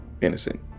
innocent